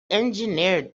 engineered